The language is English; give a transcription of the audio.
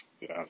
Yes